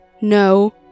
no